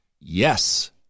Yes